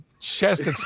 chest